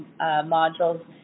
modules